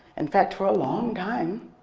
in fact for a long time,